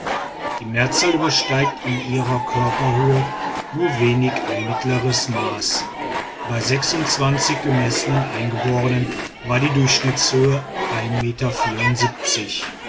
die mehrzahl übersteigt in ihrer körperhöhe nur wenig ein mittleres maß bei gemessenen eingeborenen war die durchschnittshöhe meter